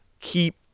Keep